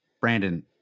Brandon